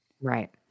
Right